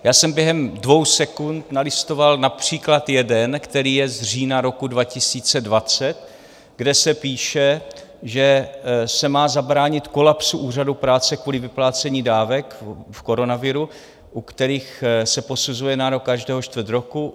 Já jsem během dvou sekund nalistoval například jeden, který je z října roku 2020, kde se píše, že se má zabránit kolapsu úřadů práce kvůli vyplácení dávek v koronaviru, u kterých se posuzuje nárok každého čtvrt roku.